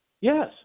Yes